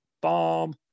bomb